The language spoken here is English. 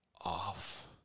off